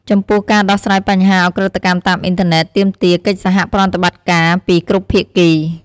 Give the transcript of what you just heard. ចំពោះការដោះស្រាយបញ្ហាឧក្រិដ្ឋកម្មតាមអ៊ីនធឺណិត ទាមទារ កិច្ចសហប្រតិបត្តិការពីគ្រប់ភាគី។